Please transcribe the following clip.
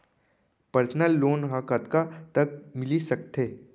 Personal loan ह कतका तक मिलिस सकथे?